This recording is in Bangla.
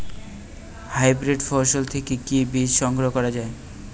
হাইব্রিড ফসল থেকে কি বীজ সংগ্রহ করা য়ায়?